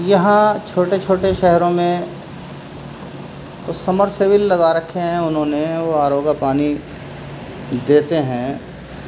یہاں چھوٹے چھوٹے شہروں میں سمرسیبل لگا رکھے ہیں انہوں نے وہ آر او کا پانی دیتے ہیں